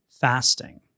fasting